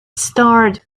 starred